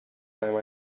time